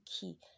key